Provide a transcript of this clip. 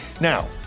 now